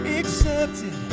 accepted